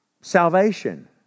salvation